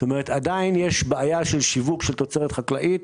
כלומר, עדיין יש בעיה של שיווק של תוצרת חקלאית,